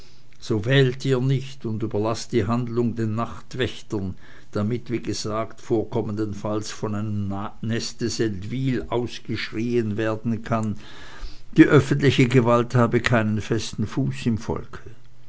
so wählt ihr nicht oder überlaßt die handlung den nachtwächtern damit wie gesagt vorkommendenfalls von eurem neste seldwyl ausgeschrieen werden könne die öffentliche gewalt habe keinen festen fuß im volke